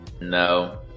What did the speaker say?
No